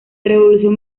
revolución